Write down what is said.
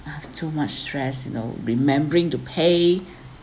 I have too much stress you know remembering to pay